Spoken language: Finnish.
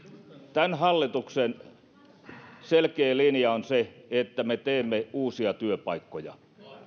tämän hallituksen selkeä linja on se että me teemme uusia työpaikkoja